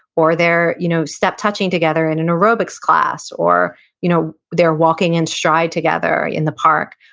or they're you know step-touching together in an aerobics class, or you know they're walking in stride together in the park?